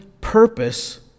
purpose